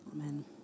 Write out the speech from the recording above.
Amen